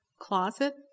closet